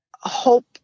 hope